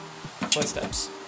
footsteps